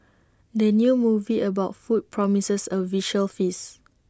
the new movie about food promises A visual feast